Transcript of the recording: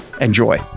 Enjoy